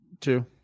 Two